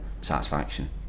satisfaction